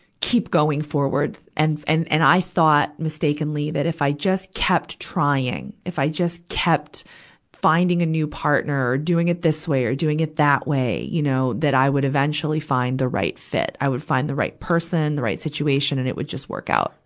keep going forward. and, and, and i thought, mistakenly, that if i just kept trying, if i just kept finding a new partner, doing it this way or doing it that way, you know, that i would eventually find the right fit. i would find the right person, the right situation, and it would just work out.